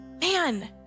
Man